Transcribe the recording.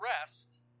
rest